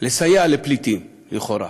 לסייע לפליטים, לכאורה,